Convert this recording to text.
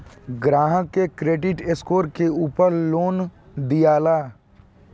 ग्राहक के credit score के उपर लोन दियाला